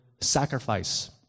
sacrifice